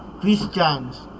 Christians